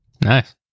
Nice